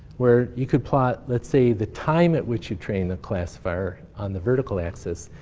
where you could plot, let's say, the time at which you train the classifier on the vertical axis,